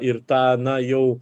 ir ta na jau